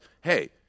hey